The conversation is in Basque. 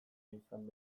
izan